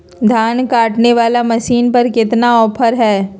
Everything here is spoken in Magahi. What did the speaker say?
धान काटने वाला मसीन पर कितना ऑफर हाय?